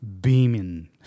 beaming